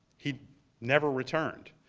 he never returned.